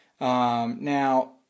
Now